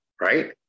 right